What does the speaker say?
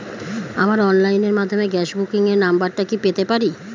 আমার অনলাইনের মাধ্যমে গ্যাস বুকিং এর নাম্বারটা কি পেতে পারি?